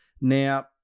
Now